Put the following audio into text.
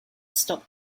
stop